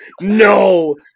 No